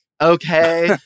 Okay